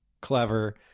clever